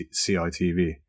CITV